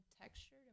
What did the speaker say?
texture